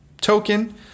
token